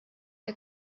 der